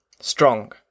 Strong